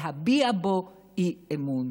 להביע בו אי-אמון,